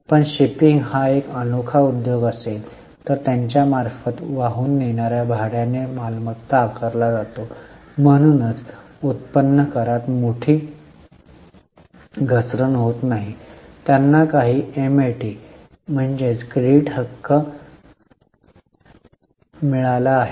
पण शिपिंग हा एक अनोखा उद्योग असेल तर त्यांच्यामार्फत वाहून नेणाऱ्या भाड्याने मालमत्ता आकारला जातो म्हणूनच उत्पन्न करात मोठी घसरण होत नाही त्यांना काही एमएटी क्रेडिट हक्क मिळाला आहे